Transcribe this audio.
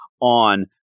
on